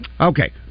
okay